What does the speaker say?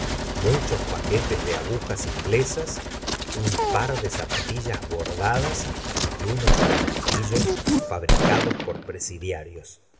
muchos paquetes de agujas inglesas un par de zapatillas bordadas y unos eanastillos fabricados por presidiarios